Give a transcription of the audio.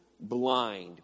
blind